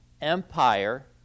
empire